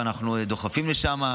ואנחנו דוחפים לשם,